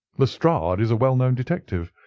lestrade and is a well-known detective.